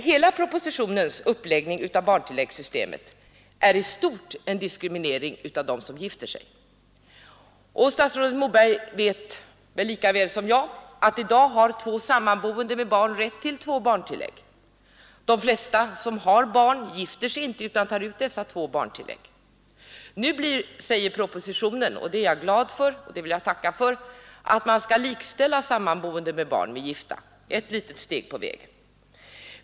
Hela propositionens uppläggning av barntilläggssystemet är emellertid i stort en diskriminering av dem som gifter sig. Statsrådet Moberg vet lika väl som jag att i dag har två sammanboende med barn rätt till två barntillägg. De flesta som har barn gifter sig inte utan tar ut dessa två barntillägg. Nu säger propositionen — det är jag glad för, och det vill jag tacka för — att man skall likställa sammanboende med barn med gifta. Det är ett litet steg på vägen.